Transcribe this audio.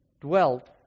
dwelt